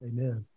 Amen